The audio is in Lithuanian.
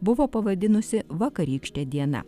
buvo pavadinusi vakarykšte diena